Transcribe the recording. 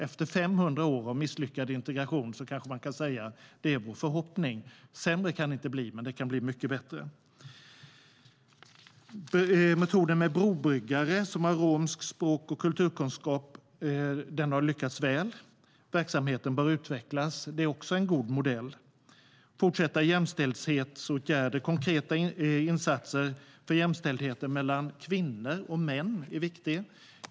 Efter 500 år av misslyckad integration kanske man kan säga att det är vår förhoppning. Sämre kan det inte bli, men det kan bli mycket bättre. Metoden med brobyggare som har romsk språk och kulturkunskap har lyckats väl. Verksamheten bör utvecklas. Det är också en god modell. Fortsatta jämställdhetsåtgärder, konkreta insatser för jämställdheten mellan kvinnor och män, är viktiga.